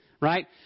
right